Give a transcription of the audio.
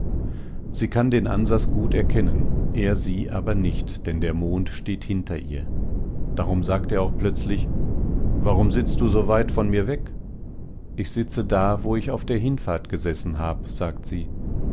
sie kann den ansas gut erkennen er sie aber nicht denn der mond steht hinter ihr darum sagt er auch plötzlich warum sitzt du so weit von mir weg ich sitze da wo ich auf der hinfahrt gesessen hab sagt sie